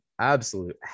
absolute